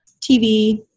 TV